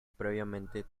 previamente